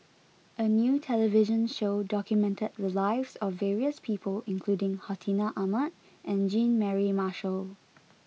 a new television show documented the lives of various people including Hartinah Ahmad and Jean Mary Marshall